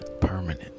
permanent